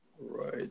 right